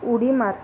उडी मार